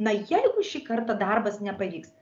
na jeigu šį kartą darbas nepavyks